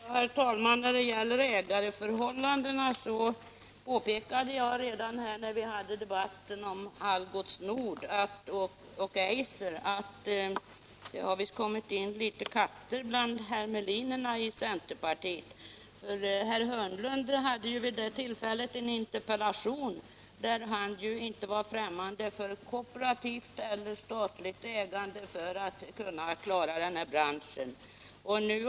Herr talman! När det gäller ägarförhållandena påpekade jag redan då vi hade debatten om Algots Nord och Eiser att det har kommit in litet katter bland hermelinerna i centerpartiet. Herr Hörnlund hade vid det tillfället en interpellation, där han anförde att han inte var främmande för kooperativt eller statligt ägande för att vi skulle kunna klara den här branschen.